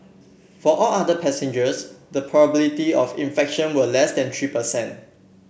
for all other passengers the probability of infection was less than three per cent